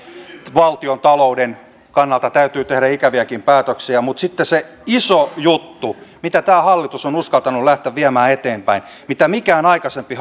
valtiontalouden kannalta täytyy tehdä ikäviäkin päätöksiä mutta sitten se iso juttu mitä tämä hallitus on uskaltanut lähteä viemään eteenpäin mitä mikään aikaisempi